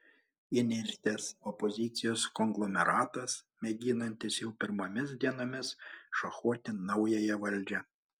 įnirtęs opozicijos konglomeratas mėginantis jau pirmomis dienomis šachuoti naująją valdžią